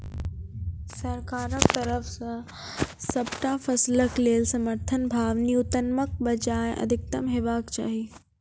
सरकारक तरफ सॅ सबटा फसलक लेल समर्थन भाव न्यूनतमक बजाय अधिकतम हेवाक चाही?